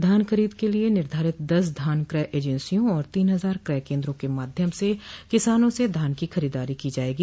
धान खरीद के लिये निर्धारित दस धान क्रय एजेंसियों और तीन हजार क्रय केन्द्रों के माध्यम से किसानों से धान की खरीददारी की जायेगी